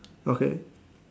okay